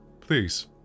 please